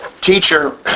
teacher